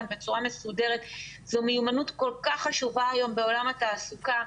בצורה מסודרת זו מיומנות כל כך חשובה היום בעולם התעסוקה,